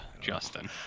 Justin